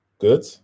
good